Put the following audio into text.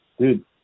dude